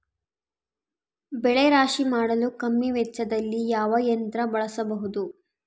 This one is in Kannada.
ಬೆಳೆ ರಾಶಿ ಮಾಡಲು ಕಮ್ಮಿ ವೆಚ್ಚದಲ್ಲಿ ಯಾವ ಯಂತ್ರ ಬಳಸಬಹುದು?